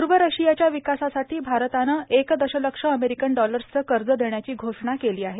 पूर्व रशियाच्या विकासासाठी भारतानं एक दशलक्ष अमेरिकन डॉलर्सचं कर्ज देण्याची घोषणा केली आहे